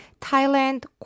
Thailand